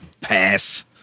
Pass